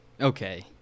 okay